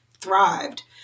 thrived